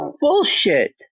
bullshit